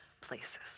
places